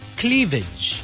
cleavage